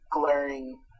glaring